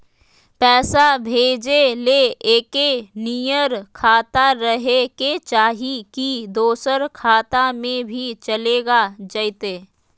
पैसा भेजे ले एके नियर खाता रहे के चाही की दोसर खाता में भी चलेगा जयते?